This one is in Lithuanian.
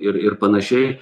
ir ir panašiai